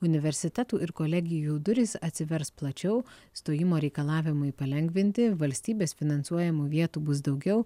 universitetų ir kolegijų durys atsivers plačiau stojimo reikalavimai palengvinti valstybės finansuojamų vietų bus daugiau